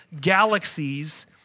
galaxies